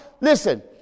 Listen